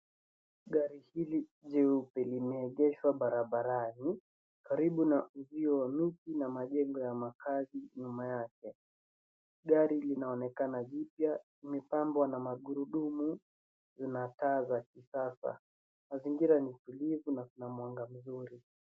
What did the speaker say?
Gari hili jeupe limeegeshwa barabarani karibu na uzio wa miti na majengo ya makazi nyuma yake. Gari linaonekana jipya. Imepambwa na magurudumu. Zina taa za kisasa. Mazingira ni tulivu na kuna mwanga mzuri.